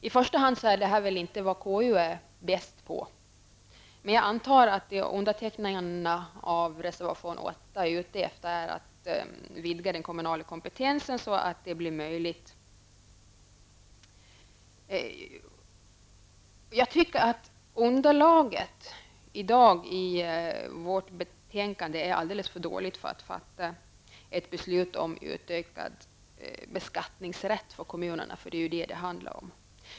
I första hand är väl det inte vad konstitutionsutskottet är bäst på, men jag antar att undertecknarna av reservation nr 8 är ute efter att vidga den kommunala kompetensen så att detta blir möjligt. Jag tycker att underlaget i dag i vårt betänkande är alldeles för dåligt för att fatta ett beslut om utökad beskattningsrätt för kommunerna -- det är ju det det handlar om.